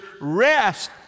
rest